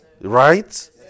Right